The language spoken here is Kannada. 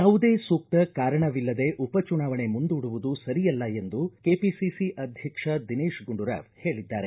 ಯಾವುದೇ ಸೂಕ್ತ ಕಾರಣವಿಲ್ಲದೇ ಉಪಚುನಾವಣೆ ಮುಂದೂಡುವುದು ಸರಿಯಲ್ಲ ಎಂದು ಕೆಪಿಸಿಸಿ ಅಧ್ಯಕ್ಷ ದಿನೇತ ಗುಂಡೂರಾವ ಹೇಳಿದ್ದಾರೆ